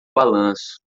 balanço